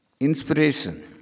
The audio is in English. Inspiration